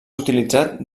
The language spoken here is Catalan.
utilitzat